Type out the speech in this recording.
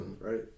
right